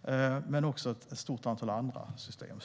det men också ett stort antal andra system.